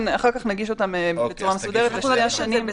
ואחר כך נגיש אותם בצורה מסודרת לפי השנים.